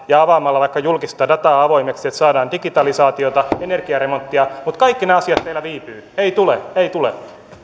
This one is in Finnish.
ja avaamalla vaikka julkista dataa avoimeksi niin että saadaan digitalisaatiota energiaremonttia mutta kaikki nämä asiat meillä viipyvät ei tule ei tule